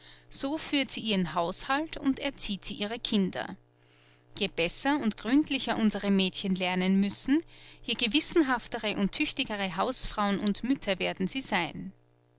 so führt sie ihren haushalt und erzieht sie ihre kinder je besser und gründlicher unsere mädchen lernen müssen je gewissenhaftere und tüchtigere hausfrauen und mütter werden sie sein